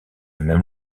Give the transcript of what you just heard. même